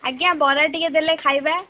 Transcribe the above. ଆଜ୍ଞା ବରା ଟିକେ ଦେଲେ ଖାଇବା